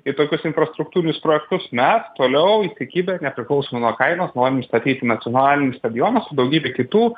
į tokius infrastruktūrinius projektus mes toliau įsikibę nepriklausomai nuo kainos norim statyt nacionalinį stadioną su daugybe kitų